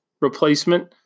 replacement